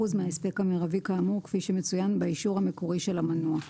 מההספק המרבי כאמור כפי שמצוין באישור המקורי של המנוע.